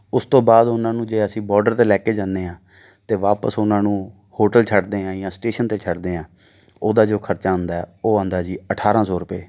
ਉਸ ਤੋਂ ਬਾਅਦ ਉਹਨਾਂ ਨੂੰ ਜੇ ਅਸੀਂ ਬੋਡਰ 'ਤੇ ਲੈ ਕੇ ਜਾਂਦੇ ਹਾਂ ਅਤੇ ਵਾਪਸ ਉਹਨਾਂ ਨੂੰ ਹੋਟਲ ਛੱਡਦੇ ਹਾਂ ਜਾਂ ਸਟੇਸ਼ਨ 'ਤੇ ਛੱਡਦੇ ਹਾਂ ਉਹਦਾ ਜੋ ਖਰਚਾ ਆਉਂਦਾ ਉਹ ਆਉਂਦਾ ਜੀ ਅਠਾਰਾਂ ਸੌ ਰੁਪਏ